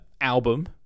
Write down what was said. album